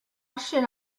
should